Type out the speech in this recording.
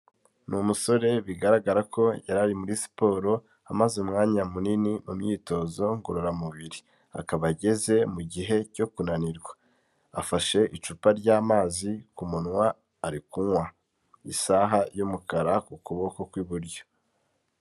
Ni umusore bigaragara ko yari ari muri siporo amaze umwanya munini mu myitozo ngororamubiri, akaba ageze mu gihe cyo kunanirwa afashe icupa ry'amazi ku munwa ari kunywa, isaha y'umukara ku kuboko kw'iburyo.